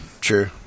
true